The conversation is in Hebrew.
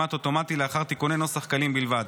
כמעט אוטומטי לאחר תיקוני נוסח קלים בלבד.